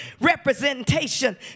representation